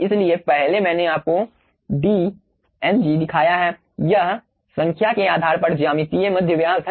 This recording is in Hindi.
इसलिए पहले मैंने आपको dng दिखाया है यह संख्या के आधार पर ज्यामितीय माध्य व्यास है